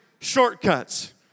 shortcuts